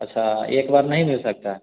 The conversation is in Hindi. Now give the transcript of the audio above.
अच्छा एक बार नहीं मिल सकता है